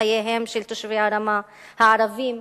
של חייהם של תושבי הרמה הערבים,